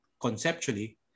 conceptually